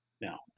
now